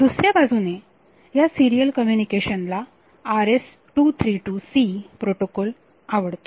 दुसऱ्या बाजूने ह्या सिरीयल कमुनिकेशन ला RS232 C प्रोटोकॉल आवडतो